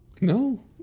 no